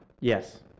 Yes